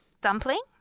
Dumpling